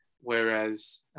Whereas